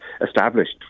established